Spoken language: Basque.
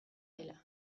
dela